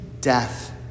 death